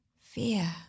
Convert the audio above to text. Fear